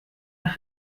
nach